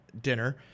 dinner